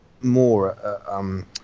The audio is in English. more